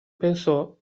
pensò